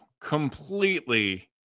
completely